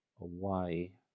away